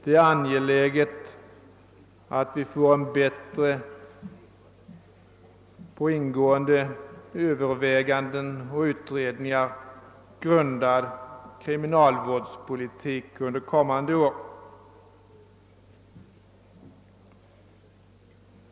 Det är angeläget att vi får en bättre, på ingående överväganden och utredningar grundad kriminalvårdspolitik under kommande år.